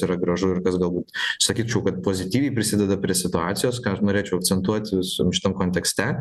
yra gražu ir kas galbūt sakyčiau kad pozityviai prisideda prie situacijos ką aš norėčiau akcentuoti vis šitam kontekste